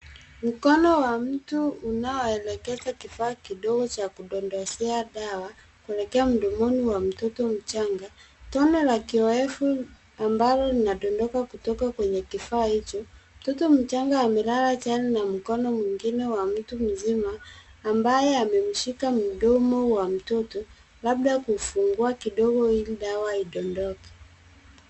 Mkono wa mtu unaoelekeza kifaa kidogo cha kudondoshea dawa kuelekea mdomoni wa mtoto mchanga. Tone la kiowevu ambalo linadondoka kutoka kwenye kifaa hicho. Mtoto mchanga amelala chali na mkono wa mtu mzima ambaye amemshika mdomo wa mtoto labda kufungua kidogo ili dawa idondoke.